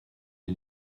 les